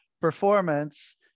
performance